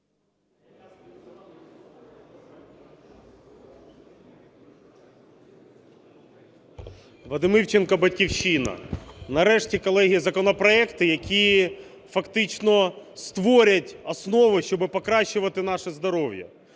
Вадим Івченко, "Батьківщина". Нарешті, колеги, законопроекти, які фактично створять основи, щоби покращувати наше здоров'я.